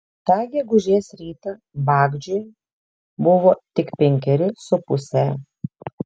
tą gegužės rytą bagdžiui buvo tik penkeri su puse